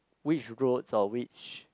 which roads or which